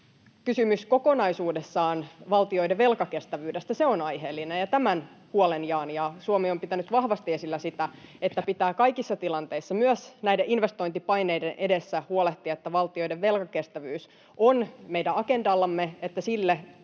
Kysymys kokonaisuudessaan valtioiden velkakestävyydestä on aiheellinen, ja tämän huolen jaan. Suomi on pitänyt vahvasti esillä sitä, että pitää kaikissa tilanteissa, myös näiden investointipaineiden edessä, huolehtia, että valtioiden velkakestävyys on meidän agendallamme ja että sille tehdään